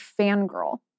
fangirl